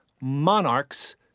monarchs